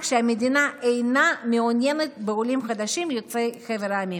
שהמדינה אינה מעוניינת בעולים חדשים יוצאי חבר המדינות.